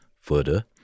further